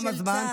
תם הזמן,